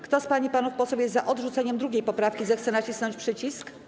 Kto z pań i panów posłów jest za odrzuceniem 2. poprawki, zechce nacisnąć przycisk.